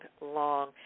long